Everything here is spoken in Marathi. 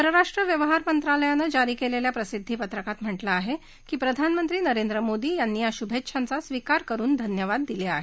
परराष्ट्र व्यवहार मंत्रालयानं जारी केलेल्या प्रसिद्धी पत्रकात म्हा कें आहे की प्रधानमंत्री नरेंद्र मोदी यांनी या शुभेच्छांचा स्वीकार करुन धन्यवाद दिले आहेत